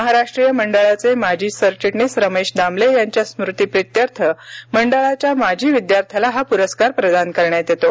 महाराष्ट्रीय मंडळाचे माजी सरचिटणीस रमेश दामले यांच्या स्मृतिप्रित्यर्थ मंडळाच्या माजी विद्यार्थ्यास हा पुरस्कार प्रदान करण्यात येतो